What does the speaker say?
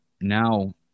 now